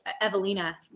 Evelina